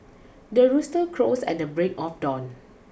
the rooster crows at the break of dawn